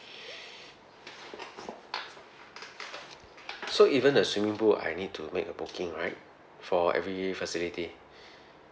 so even the swimming pool I need to make a booking right for every facility